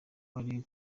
ari